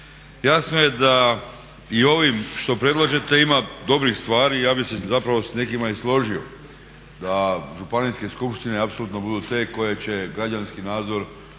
Jasno je da i ovim što predlažete ima dobrih stvari, i ja bih se zapravo s nekima i složio da županijske skupine apsolutno budu te koje će građanski nadzor